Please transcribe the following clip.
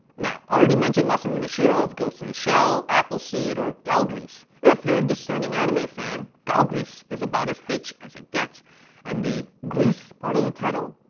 now, i already mentioned masamune shirow of ghost in the shell, appleseed, or galgrease. if you're a discerning anime fan, galgrease is about as h as it gets and the grease part of the title?